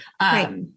right